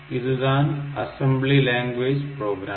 இதுதான் assembly language program